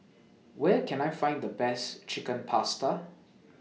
Where Can I Find The Best Chicken Pasta